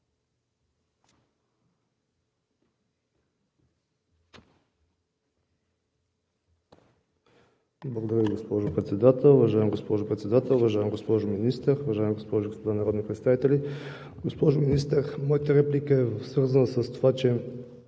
Благодаря Ви, госпожо Председател. Уважаема госпожо Председател, уважаема госпожо Министър, уважаеми госпожи и господа народни представители! Госпожо Министър, моята реплика е свързана с това, че